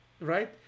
right